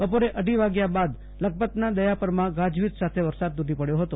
બપોરે અઢી વાગ્યા બાદ લખપતના દયાપરમાં ગાજવીજ સાથે વરસાદ તૂટી પડ્યો ફતો